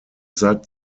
sagt